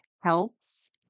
helps